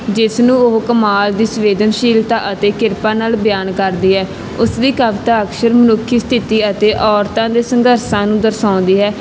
ਜਿਸ ਨੂੰ ਉਹ ਕਮਾਲ ਦੀ ਸੰਵੇਦਨਸ਼ੀਲਤਾ ਅਤੇ ਕਿਰਪਾ ਨਾਲ ਬਿਆਨ ਕਰਦੀ ਹੈ ਉਸ ਦੀ ਕਵਿਤਾ ਅਕਸ਼ਰ ਮਨੁੱਖੀ ਸਥਿਤੀ ਅਤੇ ਔਰਤਾਂ ਦੇ ਸੰਘਰਸ਼ਾਂ ਨੂੰ ਦਰਸਾਉਂਦੀ ਹੈ